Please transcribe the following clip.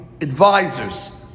advisors